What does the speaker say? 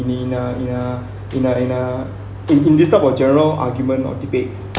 in a in a in a in a in in this type of general argument or debate